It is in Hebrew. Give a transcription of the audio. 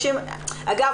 אגב,